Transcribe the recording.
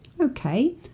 Okay